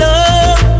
Love